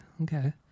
Okay